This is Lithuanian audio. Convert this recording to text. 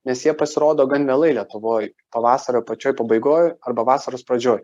nes jie pasirodo gan vėlai lietuvoj pavasario pačioj pabaigoj arba vasaros pradžioj